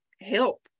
help